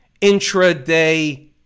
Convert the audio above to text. intraday